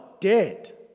dead